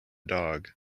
dog